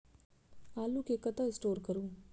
आलु केँ कतह स्टोर करू?